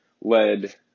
led